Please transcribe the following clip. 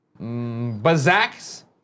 Bazak's